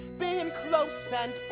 being close and